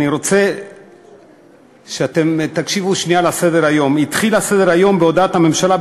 אני רוצה שאתם תקשיבו שנייה לסדר-היום: התחיל סדר-היום בהודעת הממשלה,